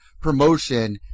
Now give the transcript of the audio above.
promotion